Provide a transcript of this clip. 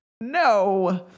No